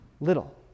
little